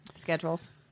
Schedules